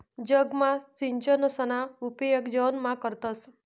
जगमा चीचसना उपेग जेवणमा करतंस